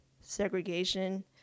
segregation